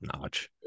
notch